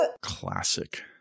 Classic